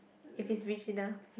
if he's rich enough